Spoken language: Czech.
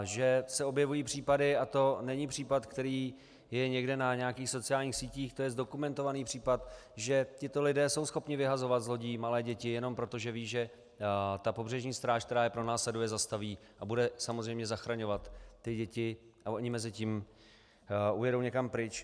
Že se objevují případy, a to není případ, který je někde na nějakých sociálních sítích, to je zdokumentovaný případ, že tito lidé jsou schopni vyhazovat z lodí malé děti jenom proto, že vědí ta pobřežní stráž, která je pronásleduje, zastaví a bude samozřejmě zachraňovat ty děti a oni mezitím ujedou někam pryč.